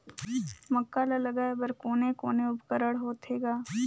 मक्का ला लगाय बर कोने कोने उपकरण होथे ग?